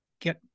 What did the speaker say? get